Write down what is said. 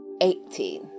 Eighteen